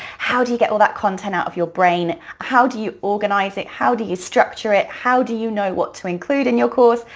how do you get all that content out of your brain, how do you organize it, how do you structure it, how do you know what to include in your course,